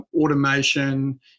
automation